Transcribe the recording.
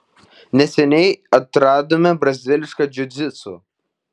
neseniai atradome brazilišką džiudžitsu